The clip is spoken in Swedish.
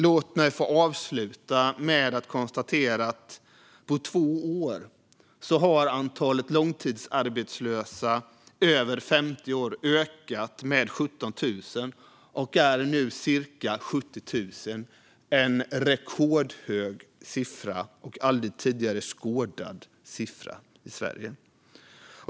Låt mig avsluta med att konstatera att på två år har antalet långtidsarbetslösa över 50 år ökat med 17 000 och är nu cirka 70 000, en rekordhög och aldrig tidigare skådad siffra i Sverige.